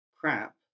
crap